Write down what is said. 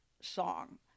song